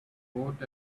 bought